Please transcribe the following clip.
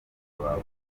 wawe